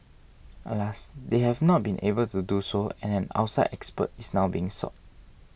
alas they have not been able to do so and an outside expert is now being sought